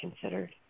considered